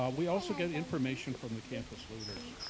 um we also get information from the campus leaders.